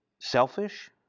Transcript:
Selfish